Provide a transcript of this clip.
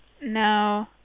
No